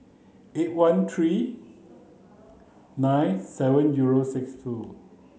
eight one three nine seven zero six two